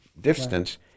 distance